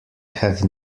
have